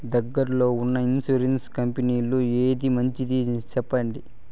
దగ్గర లో ఉన్న ఇన్సూరెన్సు కంపెనీలలో ఏది మంచిది? సెప్పండి?